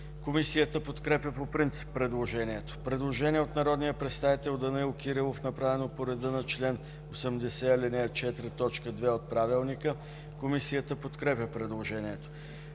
Комисията подкрепя по принцип предложението. Предложение от народния представител Данаил Кирилов, направено по реда на чл. 80, ал. 4, т. 2 от Правилника. Комисията подкрепя предложението.